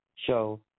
Show